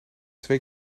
twee